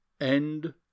End